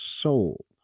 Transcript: soul